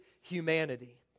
humanity